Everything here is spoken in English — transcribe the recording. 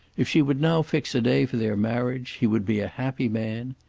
if she would now fix a day for their marriage, he would be a happy man.